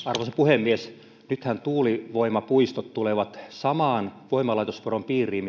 arvoisa puhemies nythän tuulivoimapuistot tulevat saman voimalaitosveron piiriin